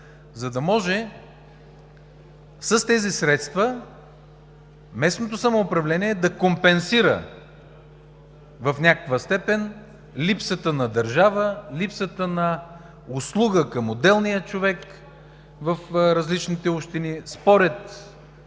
за да може с тези средства местното самоуправление да компенсира в някаква степен липсата на държава, липсата на услуга към отделния човек в различните общини според